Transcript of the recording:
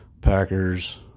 Packers